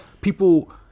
people